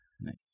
Nice